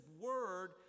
word